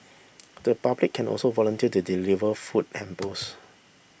the public can also volunteer to deliver food hampers